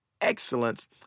excellence